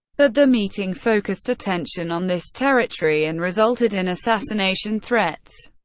but the meeting focused attention on this territory and resulted in assassination threats